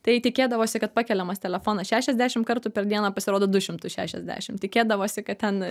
tai tikėdavosi kad pakeliamas telefonas šešiasdešimt kartų per dieną pasirodo du šimtus šešiasdešimt tikėdavosi kad ten